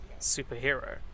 Superhero